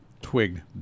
twig